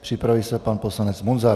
Připraví se pan poslanec Munzar.